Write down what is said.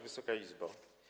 Wysoka Izbo!